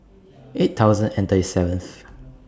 eight thousand and thirty seventh